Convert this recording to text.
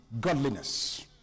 godliness